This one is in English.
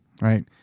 right